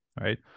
Right